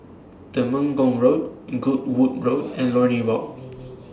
Temenggong Road Goodwood Road and Lornie Walk